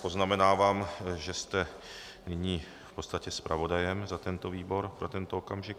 Poznamenávám si vás, že jste nyní v podstatě zpravodajem za tento výbor pro tento okamžik.